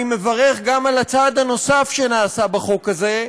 אני מברך גם על הצעד הנוסף שנעשה בחוק הזה,